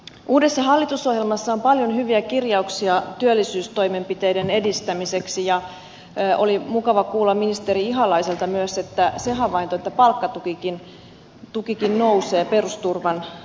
uudessa hallitusohjelmassa on paljon hyviä kirjauksia työllisyystoimenpiteiden edistämiseksi ja oli mukava kuulla ministeri ihalaiselta myös se havainto että palkkatukikin nousee perusturvan noustessa